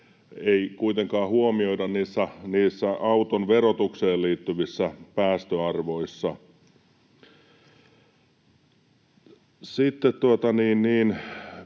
kuitenkaan huomioida niissä auton verotukseen liittyvissä päästöarvoissa. Sitten pienenä